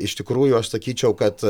iš tikrųjų aš sakyčiau kad